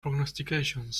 prognostications